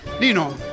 Nino